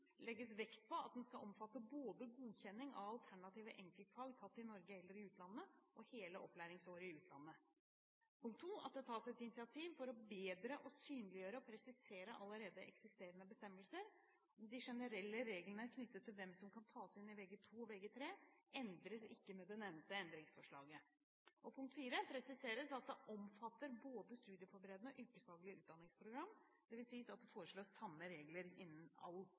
legges vekt på at den skal omfatte både godkjenning av alternative enkeltfag tatt i Norge eller i utlandet og hele opplæringsår i utlandet tas et initiativ for bedre å synliggjøre og presisere allerede eksisterende bestemmelser – de generelle reglene knyttet til hvem som kan tas inn til Vg2 og Vg3, endres ikke med det nevnte endringsforslaget presiseres at det omfatter både studieforberedende og yrkesfaglige utdanningsprogram – dvs. at det foreslås samme regler innen all